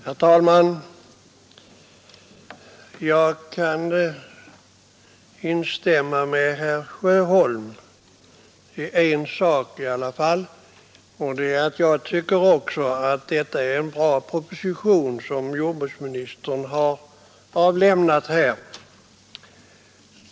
Herr talman! Jag kan instämma med herr Sjöholm i en sak i alla fall; jag tycker också att det är en bra proposition som jordbruksministern avlämnat.